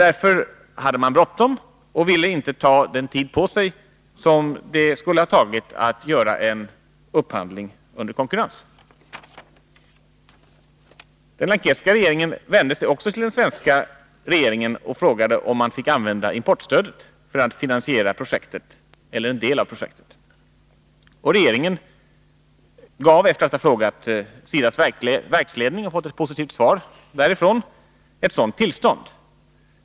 Därför hade man bråttom och ville inte ta den tid på sig som det skulle ha tagit att göra en upphandling under konkurrens. Den lankesiska regeringen vände sig också till den svenska regeringen och frågade om man fick använda importstödet för att finansiera projektet eller en del av detta. Regeringen gav, efter att ha frågat SIDA:s verksledning och därifrån ha fått ett positivt svar, ett sådant tillstånd.